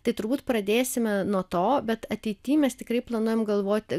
tai turbūt pradėsime nuo to bet ateity mes tikrai planuojam galvoti